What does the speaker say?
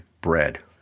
bread